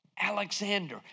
Alexander